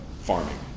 farming